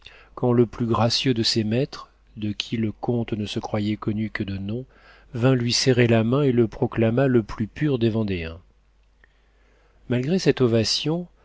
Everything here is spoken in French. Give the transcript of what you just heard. quand le plus gracieux de ses maîtres de qui le comte ne se croyait connu que de nom vint lui serrer la main et le proclama le plus pur des vendéens malgré cette ovation